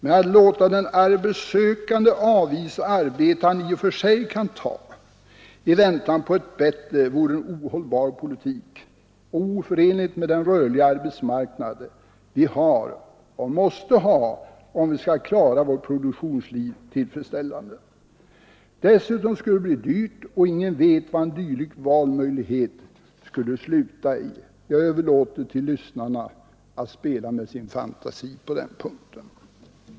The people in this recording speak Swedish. Men att låta den arbetssökande avvisa arbete han i och för sig kan ta i väntan på ett bättre vore en ohållbar politik och oförenligt med den rörliga arbetsmarknad vi har och måste ha, om vi skall kunna klara vår produktion tillfredsställande. Dessutom skulle det bli dyrt, och ingen vet vad en dylik ”valmöjlighet” skulle sluta i. Jag överlåter till lyssnarna att spela med sin fantasi på den punkten.